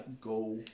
Go